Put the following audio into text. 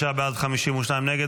45 בעד, 52 נגד.